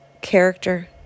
character